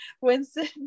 Winston